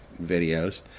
videos